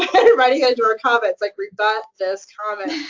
and everybody ah into our comments, like, rebut this comment.